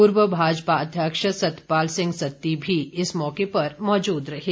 पूर्व भाजपा अध्यक्ष सतपाल सिंह सत्ती भी इस मौके पर मौजूद थे